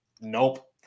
nope